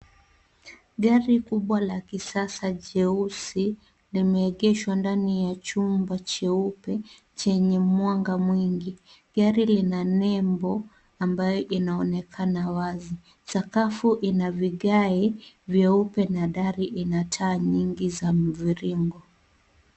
Gari kubwa la kisasa jeusi limeegeshwa ndani ya chumba cheupe chenye mwanga mwingi. Gari lina nembo ambayo inaonekana wazi. Sakafu ina vigai vyeupe na dari ina taa nyingi za mviringo.